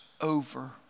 over